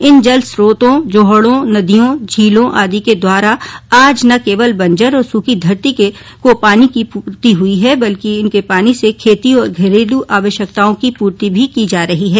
इन जल च्रोतों जोहड़ों नदियों झीलों आदि के द्वारा आज न केवल बंजर और सुखी धरती के पानी की प्रतिपूर्ति हुई है बल्कि इनके पानी से खेती और घरेलू आवश्यकताओं की पूर्ति भी की जा रही है